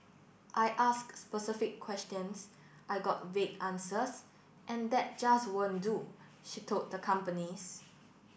I asked specific questions I got vague answers and that just won't do she told the companies